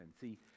See